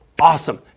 awesome